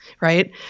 Right